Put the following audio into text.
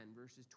verses